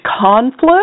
conflict